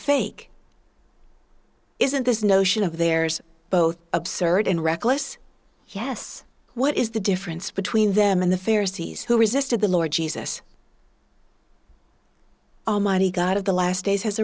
fake isn't this notion of theirs both absurd and reckless yes what is the difference between them and the very cities who resisted the lord jesus almighty god of the last days has